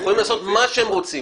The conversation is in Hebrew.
הם יכולים לעשות מה שהם רוצים.